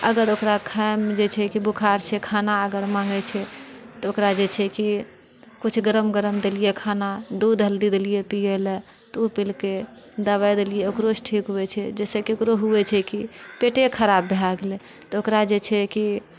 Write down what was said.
अगर ओकरा खाइमऽ जे छै कि बोखार छै खाना अगर माँगैत छै तऽ ओकरा जे छै कि कुछ गरम गरम देलियै खाना दूध हल्दी देलियै पियै लऽ तऽ ओ पिलकै दबाइ दलियै ओकरोसँ ठीक हुए छै जाहिसँ कि ओकरो हुय छै कि पेटे खराब भै गेलय तऽ ओकरा जे छै कि